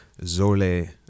Zole